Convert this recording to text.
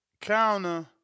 Counter